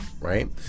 Right